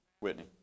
Whitney